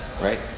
right